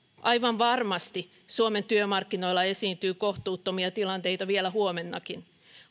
aivan varmasti suomen työmarkkinoilla esiintyy kohtuuttomia tilanteita vielä huomennakin